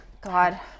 God